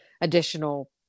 additional